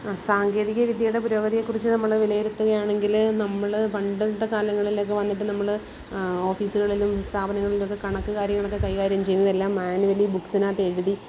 ആ സാങ്കേതിക വിദ്യയുടെ പുരോഗതിയെക്കുറിച്ച് നമ്മൾ വിലയിരുത്തുകയാണെങ്കിൽ നമ്മൾ പണ്ടത്തെ കാലങ്ങളിലൊക്ക വന്നിട്ട് നമ്മൾ ഓഫീസുകളിലും സ്ഥാപനങ്ങളിലൊക്കെ കണക്ക് കാര്യങ്ങളൊക്കെ കൈകാര്യം ചെയ്യുന്നതെല്ലാം മാന്വലി ബുക്സിനകത്ത് എഴുതി